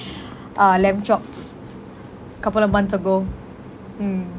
uh lamb chops couple of months ago mm